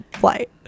flight